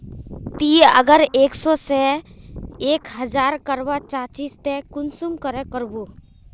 ती अगर एक सो से एक हजार करवा चाँ चची ते कुंसम करे करबो?